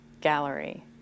Gallery